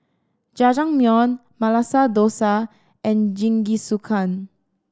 Jajangmyeon Masala Dosa and Jingisukan